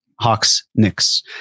Hawks-Knicks